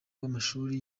w’amashuri